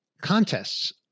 contests